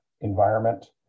environment